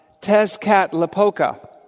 Tezcatlipoca